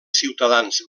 ciutadans